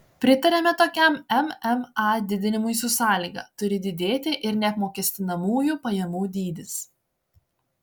pritariame tokiam mma didinimui su sąlyga turi didėti ir neapmokestinamųjų pajamų dydis